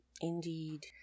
Indeed